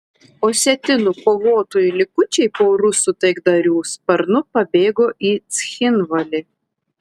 osetinų kovotojų likučiai po rusų taikdarių sparnu pabėgo į cchinvalį